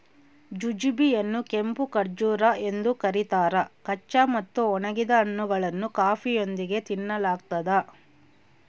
jujube ಯನ್ನುಕೆಂಪು ಖರ್ಜೂರ ಎಂದು ಕರೀತಾರ ಕಚ್ಚಾ ಮತ್ತು ಒಣಗಿದ ಹಣ್ಣುಗಳನ್ನು ಕಾಫಿಯೊಂದಿಗೆ ತಿನ್ನಲಾಗ್ತದ